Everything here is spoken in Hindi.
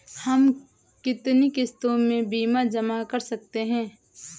हम कितनी किश्तों में बीमा जमा कर सकते हैं?